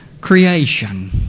creation